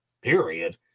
Period